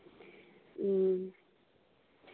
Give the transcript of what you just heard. ᱦᱩᱸ